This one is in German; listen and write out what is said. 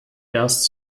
erst